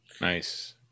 Nice